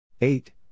eight